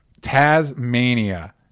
tasmania